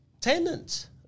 tenants